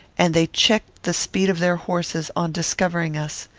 and they checked the speed of their horses, on discovering us.